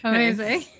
Amazing